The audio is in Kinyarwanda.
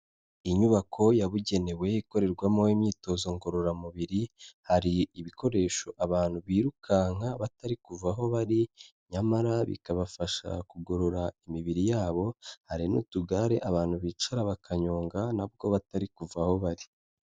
Inyubako yabugenewe ikorerwamo imyitozo ngororamubiri, hari ibikoresho abantu birukanka batari kuva aho bari nyamara bikabafasha kugorora imibiri yabo, hari n'utugare abantu bicara bakanyonga nabwo batari kuva aho bari.